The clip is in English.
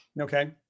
Okay